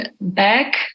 back